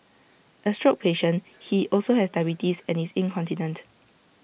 A stroke patient he also has diabetes and is incontinent